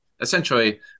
essentially